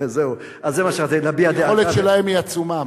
היכולת שלהם היא עצומה,